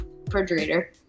refrigerator